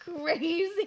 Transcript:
crazy